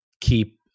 keep